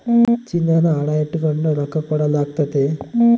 ಚಿನ್ನಾನ ಅಡ ಇಟಗಂಡು ರೊಕ್ಕ ಕೊಡಲಾಗ್ತತೆ